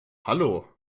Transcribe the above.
hallo